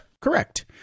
Correct